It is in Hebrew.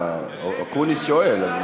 אקוניס שואל.